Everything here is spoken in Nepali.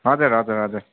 हजुर हजुर हजुर